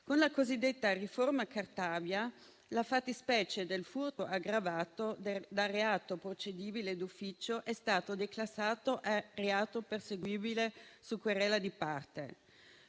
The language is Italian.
Con la cosiddetta riforma Cartabia, la fattispecie del furto aggravato, da reato procedibile d'ufficio, è stata declassata a reato perseguibile su querela di parte.